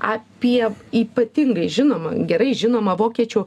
apie ypatingai žinomą gerai žinomą vokiečių